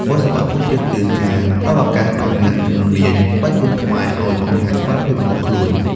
គុណសម្បត្តិមួយទៀតគឺការផ្ដល់ឱកាសដល់អ្នកជំនាញក្បាច់គុនខ្មែរឲ្យបង្ហាញសមត្ថភាពរបស់ខ្លួន។